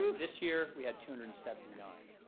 this year we had two hundred and seventy nine.